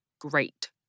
Great